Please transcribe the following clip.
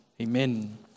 Amen